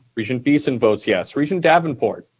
regent beeson votes yes. regent davenport?